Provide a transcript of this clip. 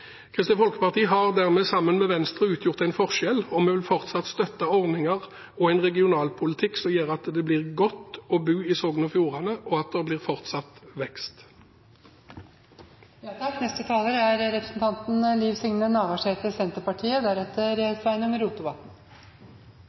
Kristelig Folkeparti har dermed, sammen med Venstre, utgjort en forskjell, og vi vil fortsatt støtte ordninger og en regionalpolitikk som gjør at det blir godt å bo i Sogn og Fjordane, og at det blir fortsatt